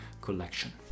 collection